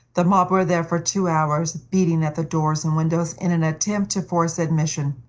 the mob were there for two hours, beating at the doors and windows in an attempt to force admission,